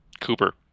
Cooper